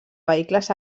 vehicles